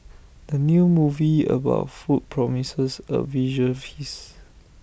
the new movie about food promises A visual feast